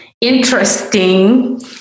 interesting